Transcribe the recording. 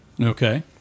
Okay